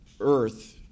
Earth